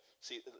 see